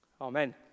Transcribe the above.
Amen